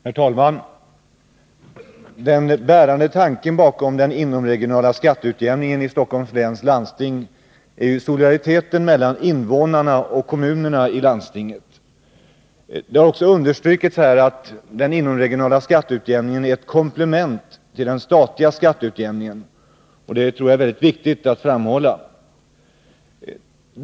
Herr talman! Den bärande tanken bakom den inomregionala skatteutjämningen i Stockholms läns landsting är ju solidariteten mellan invånarna och kommunerna i landstinget. Det har här också understrukits att den inomregionala skatteutjämningen är ett komplement till den statliga skatteutjämningen, och det tror jag är viktigt att framhålla.